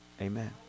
Amen